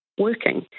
working